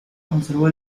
conservó